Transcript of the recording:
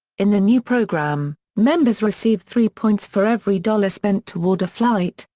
in the new program, members receive three points for every dollar spent toward a flight,